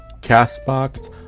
CastBox